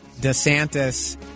DeSantis